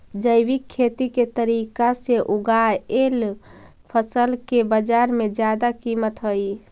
जैविक खेती के तरीका से उगाएल फसल के बाजार में जादा कीमत हई